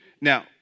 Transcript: Now